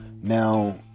Now